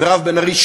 מירב בן ארי,